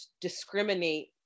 discriminate